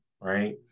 Right